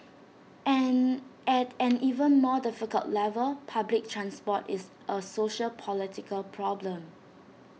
and at an even more difficult level public transport is A sociopolitical problem